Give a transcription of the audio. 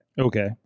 Okay